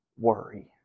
worry